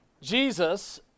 Jesus